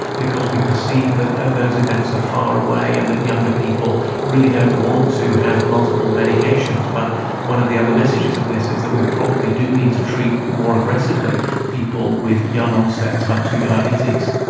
because we perceive that those events are far away and that younger people really don't want to have multiple medications. but one of the other messages of this is that we probably do need to treat more aggressively people with young onset type two diabetes.